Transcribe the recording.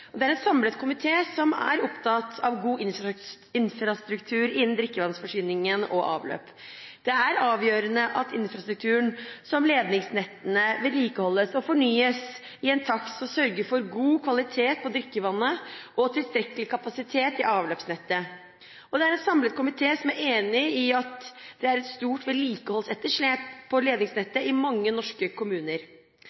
Kommune-Norge. Det er en samlet komité som er opptatt av god infrastruktur innen drikkevannsforsyningen og avløp. Det er avgjørende at infrastruktur som ledningsnettene vedlikeholdes og fornyes i en takt som sørger for god kvalitet på drikkevannet og tilstrekkelig kapasitet i avløpsnettet. En samlet komité er enig i at det er et stort vedlikeholdsetterslep på